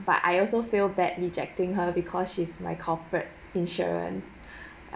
but I also feel bad rejecting her because she's my corporate insurance